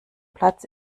platz